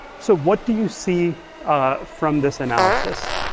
so what do you see from this analysis?